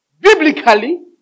biblically